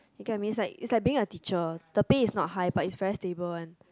you get what I mean it's like it's like being a teacher the pay is not high but it's very stable one